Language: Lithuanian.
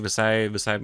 visai visai